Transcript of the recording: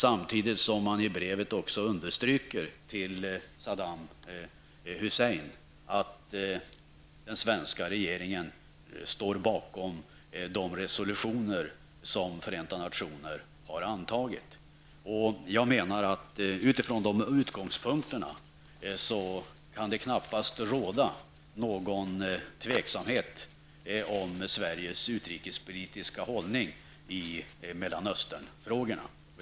Samtidigt understryker man i brevet till Saddam Hussein att den svenska regeringen står bakom de resolutioner som FN har antagit. Från dessa utgångspunkter kan det knappast råda något tvivel om vilken hållning Sverige intar i Herr talman!